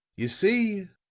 you see,